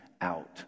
out